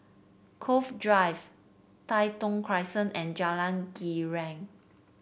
Cove Drive Tai Thong Crescent and Jalan Girang